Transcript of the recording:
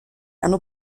hanno